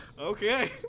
Okay